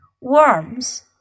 Worms